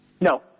No